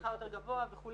השכר יותר גבוה וכו',